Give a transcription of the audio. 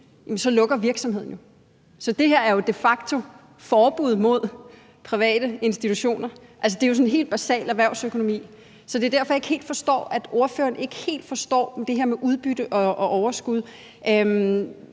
så lukker virksomheden jo. Så det her er jo de facto et forbud mod private institutioner. Det er jo sådan helt basal erhvervsøkonomi. Så det er derfor, jeg ikke forstår, at ordføreren ikke helt forstår det her med udbytte og overskud.